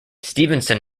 stevenson